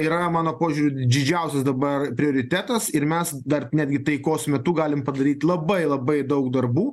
yra mano požiūriu didžiausias dabar prioritetas ir mes dar netgi taikos metu galim padaryt labai labai daug darbų